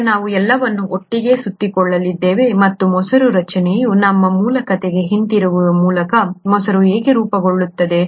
ಈಗ ನಾವು ಎಲ್ಲವನ್ನೂ ಒಟ್ಟಿಗೆ ಸುತ್ತಿಕೊಳ್ಳಲಿದ್ದೇವೆ ಮತ್ತು ಮೊಸರು ರಚನೆಯ ನಮ್ಮ ಮೂಲ ಕಥೆಗೆ ಹಿಂತಿರುಗುವ ಮೂಲಕ ಮೊಸರು ಏಕೆ ರೂಪುಗೊಳ್ಳುತ್ತದೆ